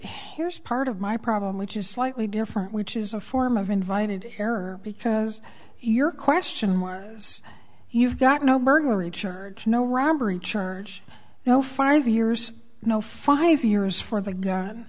here's part of my problem which is slightly different which is a form of invited error because your question mark is you've got no burglary church no robbery church no five years no five years for the gu